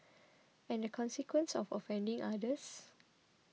and the consequence of offending others